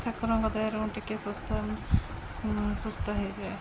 ଠାକୁରଙ୍କ ଦାୟାରୁ ଟିକିଏ ସୁସ୍ଥ ସୁସ୍ଥ ହୋଇଛି